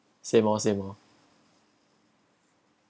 same oh same oh